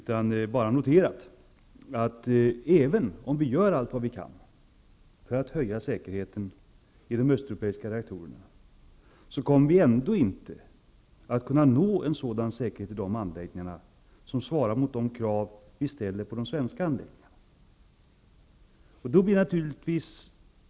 Jag har endast noterat att vi, även om vi gör allt vad vi kan för att höja säkerheten i de östeuropeiska reaktorerna, ändå inte kommer att kunna nå en sådan säkerhet i de anläggningarna som svarar mot de krav vi ställer på de svenska anläggningarna.